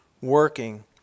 working